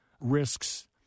risks